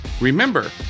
Remember